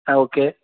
ஆ okay